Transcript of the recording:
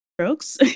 strokes